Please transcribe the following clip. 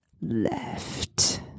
left